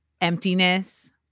emptiness